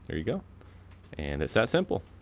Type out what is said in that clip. there you go and it's that simple.